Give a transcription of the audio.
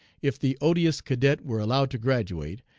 if the odious cadet were allowed to graduate,